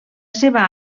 seva